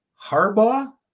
Harbaugh